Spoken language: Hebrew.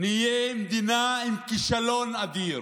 נהייתה מדינה עם כישלון אדיר.